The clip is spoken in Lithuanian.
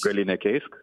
gali nekeisk